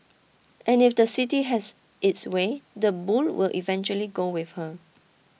and if the city has its way the bull will eventually go with her